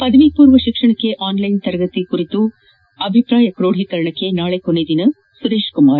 ಪದವಿಮೂರ್ವ ಶಿಕ್ಷಣಕ್ಕೆ ಆನ್ಲೈನ್ ತರಗತಿ ಕುರಿತು ಅಭಿಪ್ರಾಯ ಕ್ರೋಢೀಕರಣಕ್ಕೆ ನಾಳೆ ಕೊನೆಯ ದಿನ ಸುರೇಶ್ಕುಮಾರ್